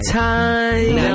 time